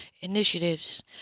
initiatives